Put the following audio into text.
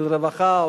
של רווחה,